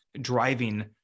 driving